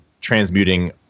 transmuting